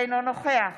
אינו נוכח